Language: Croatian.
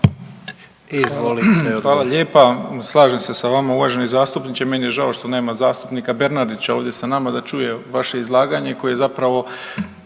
**Malenica, Ivan (HDZ)** Slažem se sa vama, meni je žao što nema zastupnika Bernardića ovdje sa nama da čuje vaše izlaganje koji je zapravo